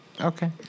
Okay